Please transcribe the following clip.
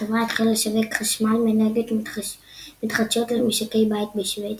החברה התחילה לשווק חשמל מאנרגיות מתחדשות למשקי בית בשוודיה.